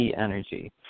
energy